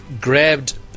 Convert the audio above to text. grabbed